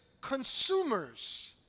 consumers